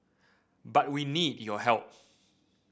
but we need your help